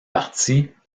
parties